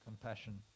compassion